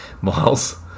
Miles